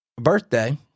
birthday